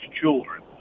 children